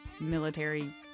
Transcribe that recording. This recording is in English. military